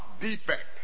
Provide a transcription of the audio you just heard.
defect